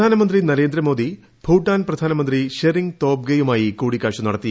പ്രധാനമന്ത്രി നരേന്ദ്രമോദി ഭൂട്ടാൻ പ്രധാനമന്ത്രി ഷെറിങ്ങ് തോബ്ഗെയുമായി കൂടിക്കാഴ്ച നടത്തി